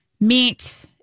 Meat